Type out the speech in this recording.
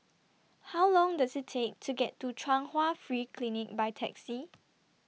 How Long Does IT Take to get to Chung Hwa Free Clinic By Taxi